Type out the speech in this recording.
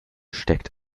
steckt